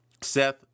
Seth